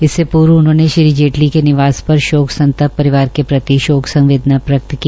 इससे पूर्व उन्होंने श्री जेटली के निवास पर भाोक संतप्त परिवार के प्रति भार्क संवेदना व्यक्त की